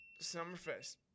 Summerfest